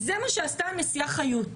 זה מה שעשתה הנשיאה חיות.